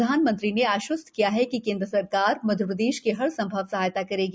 प्रधानमंत्री ने आश्वस्त किया कि केंद्र सरकार मध्यप्रदेश की हर संभव सहायता करेगी